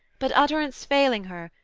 but, utterance failing her,